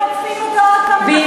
אתם כל הזמן עוקפים אותו,